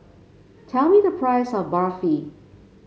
tell me the price of Barfi